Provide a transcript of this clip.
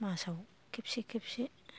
मासआव खेबसे खेबसे